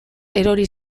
erori